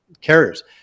carriers